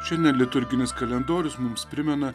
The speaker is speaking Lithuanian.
šiandien liturginis kalendorius mums primena